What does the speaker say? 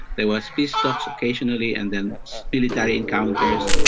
there was peace talks occasionally and then military encounters,